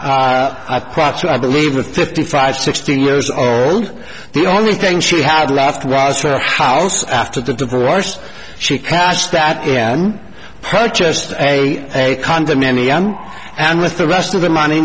prachi i believe that fifty five sixteen years old the only thing she had left was her house after the divorce she cashed that again purchased a a condominium and with the rest of the money